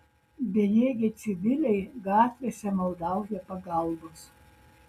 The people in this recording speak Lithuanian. bejėgiai civiliai gatvėse maldauja pagalbos